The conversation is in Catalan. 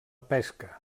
pesca